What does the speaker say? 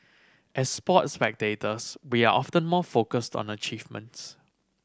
as sports spectators we are often more focused on achievements